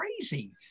crazy